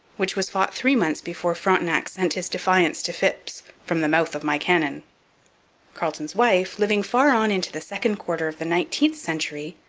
which was fought three months before frontenac sent his defiance to phips from the mouth of my cannon carleton's wife, living far on into the second quarter of the nineteenth century,